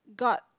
got